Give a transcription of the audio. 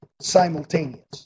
simultaneous